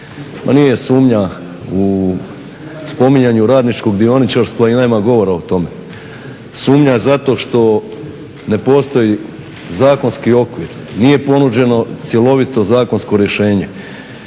nije sumnja u spominjanju radničkog dioničarstva i nema govora o tome. Sumnja je zato što ne postoji zakonski okvir, nije ponuđeno cjelovito zakonsko rješenje.